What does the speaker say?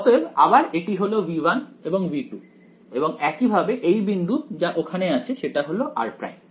অতএব আবার এটি হলো V1 এবং V2 এবং একইভাবে এই বিন্দু যা ওখানে আছে সেটা হল r'